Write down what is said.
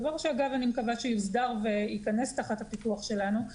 דבר שאגב אני מקווה שיוסדר וייכנס תחת הפיקוח שלנו.